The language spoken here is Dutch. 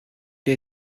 wij